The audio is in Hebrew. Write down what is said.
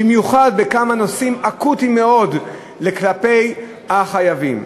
במיוחד בכמה נושאים אקוטיים מאוד כלפי החייבים.